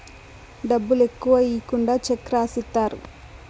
డబ్బులు ఎక్కువ ఈకుండా చెక్ రాసిత్తారు